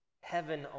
heaven